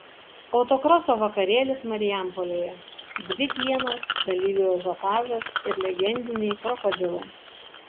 autokroso vakarėlis marijampolėje dvi dienos dalyvių ažiotažas ir legendiniai krokodilai